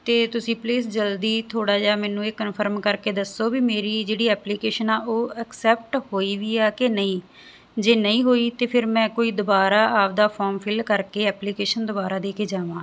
ਤੇ ਤੁਸੀਂ ਪਲੀਜ਼ ਜਲਦੀ ਥੋੜਾ ਜਿਹਾ ਮੈਨੂੰ ਇਹ ਕਨਫਰਮ ਕਰਕੇ ਦੱਸੋ ਵੀ ਮੇਰੀ ਜਿਹੜੀ ਐਪਲੀਕੇਸ਼ਨ ਆ ਉਹ ਐਕਸੈਪਟ ਹੋਈ ਵੀ ਆ ਕਿ ਨਹੀਂ ਜੇ ਨਹੀਂ ਹੋਈ ਤੇ ਫਿਰ ਮੈਂ ਕੋਈ ਦੁਬਾਰਾ ਆਪਦਾ ਫੋਰਮ ਫਿੱਲ ਕਰਕੇ ਐਪਲੀਕੇਸ਼ਨ ਦੁਬਾਰਾ ਦੇ ਕੇ ਜਾਵਾਂ